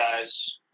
guys –